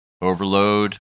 overload